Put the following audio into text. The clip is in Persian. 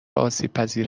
آسیبپذیر